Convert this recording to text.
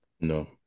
no